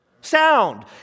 Sound